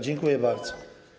Dziękuję bardzo.